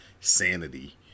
sanity